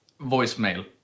voicemail